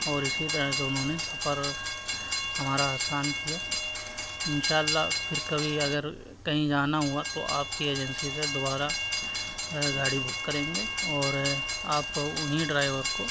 اور اسی طرح سے انہوں نے سفر ہمارا آسان کیا ان شاء اللّہ پھر کبھی اگر کہیں جانا ہوا تو آپ کی ایجنسی سے دوبارہ گاڑی بک کریں گے اور آپ انہیں ڈرائیور کو